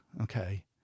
okay